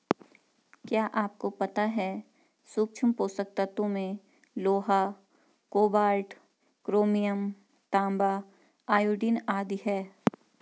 क्या आपको पता है सूक्ष्म पोषक तत्वों में लोहा, कोबाल्ट, क्रोमियम, तांबा, आयोडीन आदि है?